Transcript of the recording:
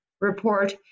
report